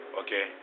okay